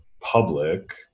public